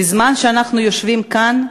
בזמן שאנחנו יושבים כאן,